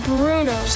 Bruno